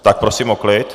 Tak prosím o klid.